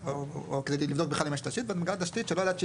או כדי לבדוק בכלל אם יש תשתית ואת מגלה תשתית שלא ידעת,